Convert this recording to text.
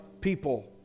people